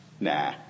nah